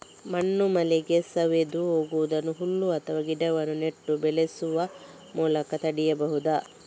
ಮಣ್ಣು ಮಳೆಗೆ ಸವೆದು ಹೋಗುದನ್ನ ಹುಲ್ಲು ಅಥವಾ ಗಿಡಗಳನ್ನ ನೆಟ್ಟು ಬೆಳೆಸುವ ಮೂಲಕ ತಡೀಬಹುದು